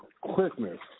quickness